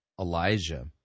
Elijah